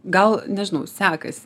gal nežinau sekas